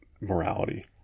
morality